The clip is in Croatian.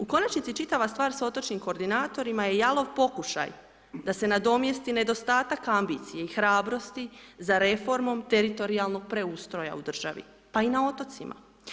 U konačnici, čitava stvar s otočnim koordinatorima je jalov pokušaj da se nadomjesti nedostatak ambicije i hrabrosti za reformom teritorijalnog preustroja u državi, pa i na otocima.